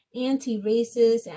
anti-racist